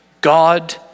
God